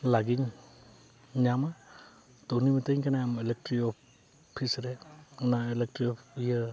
ᱞᱟᱜᱮᱧ ᱧᱟᱢᱟ ᱛᱚ ᱩᱱᱤ ᱢᱤᱛᱟᱹᱧ ᱠᱟᱱᱟᱭ ᱟᱢ ᱤᱞᱮᱠᱴᱨᱤᱠ ᱚᱯᱷᱤᱥ ᱨᱮ ᱚᱱᱟ ᱤᱞᱮᱠᱴᱨᱤᱠ ᱚᱯᱷᱤᱥ ᱤᱭᱟᱹ